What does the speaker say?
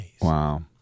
wow